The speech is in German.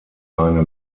eine